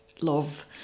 love